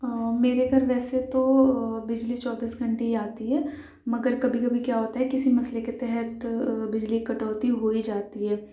میرے گھر ویسے تو بجلی چوبیس گھنٹے ہی آتی ہے مگر کبھی کبھی کیا ہوتا ہے کسی مسئلہ کے تحت بجلی کٹوتی ہو ہی جاتی ہے